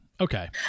Okay